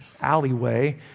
alleyway